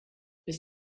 bis